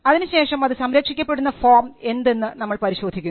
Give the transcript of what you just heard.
അതിനുശേഷം അത് സംരക്ഷിക്കപ്പെടുന്ന ഫോം എന്തെന്ന് നമ്മൾ പരിശോധിക്കുന്നു